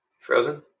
frozen